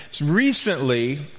recently